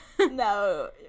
No